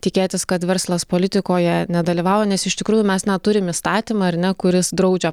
tikėtis kad verslas politikoje nedalyvauja nes iš tikrųjų mes net turim įstatymą ar ne kuris draudžia